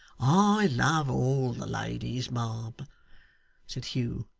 i love all the ladies, ma'am said hugh,